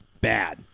Bad